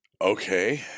okay